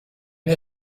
wir